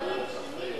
ולא לאשר כפרים שלמים,